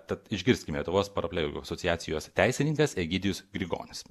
tad išgirskime lietuvos paraplegikų asociacijos teisininkas egidijus grigonis